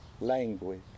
language